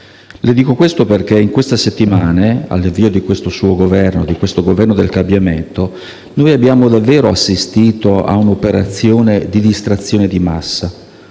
Le dico questo perché nelle ultime settimane, all'avvio di questo suo Governo, il Governo del cambiamento, noi abbiamo davvero assistito a un'operazione di distrazione di massa: